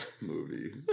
movie